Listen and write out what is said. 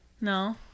No